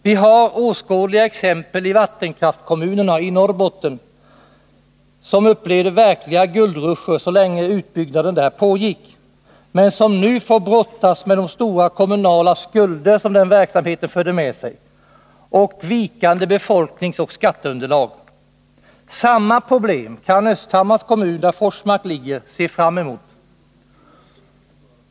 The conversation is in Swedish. Vi har åskådliga exempel i vattenkraftkommunerna i Norrbotten, där man upplevde verkliga guldrusher så länge utbyggnaden pågick, men där man nu får brottas med de stora kommunala skulder som den verksamheten förde med sig och med vikande befolkningsoch skatteunderlag. Samma problem kan Östhammars kommun, där Forsmark ligger, se fram emot.